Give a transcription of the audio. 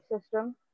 system